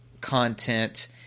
content –